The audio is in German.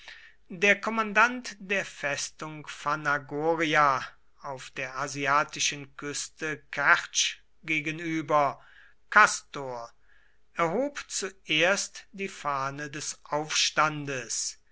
der kommandant der festung phanagoria auf der asiatischen küste kertsch gegenüber kastor erhob zuerst die fahne des aufstandes